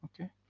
okay